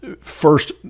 First